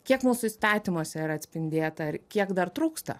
kiek mūsų įstatymuose yra atspindėta ar kiek dar trūksta